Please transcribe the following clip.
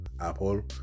Apple